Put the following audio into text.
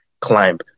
climb